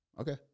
Okay